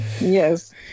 Yes